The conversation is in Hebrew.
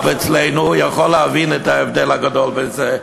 אצלנו יכול להבין את ההבדל הגדול בזה.